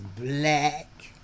black